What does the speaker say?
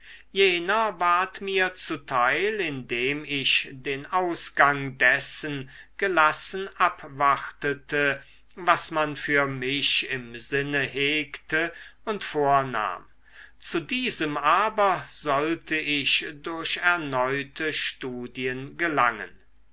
jener ward mir zuteil indem ich den ausgang dessen gelassen abwartete was man für mich im sinne hegte und vornahm zu diesem aber sollte ich durch erneute studien gelangen